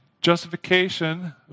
justification